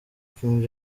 king